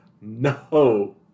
No